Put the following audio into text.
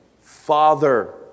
Father